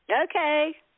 Okay